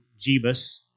Jebus